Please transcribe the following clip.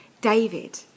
David